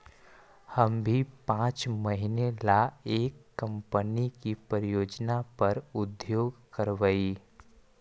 हम भी पाँच महीने ला एक कंपनी की परियोजना पर उद्योग करवई